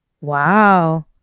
wow